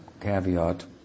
caveat